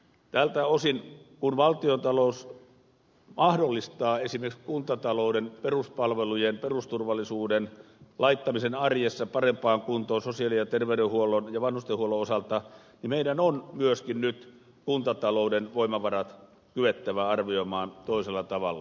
tältä osin kuin valtiontalous mahdollistaa esimerkiksi kuntatalouden peruspalvelujen perusturvallisuuden laittamisen arjessa parempaan kuntoon sosiaali ja terveydenhuollon ja vanhustenhuollon osalta meidän on myöskin nyt kuntatalouden voimavarat kyettävä arvioimaan toisella tavalla